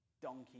Donkey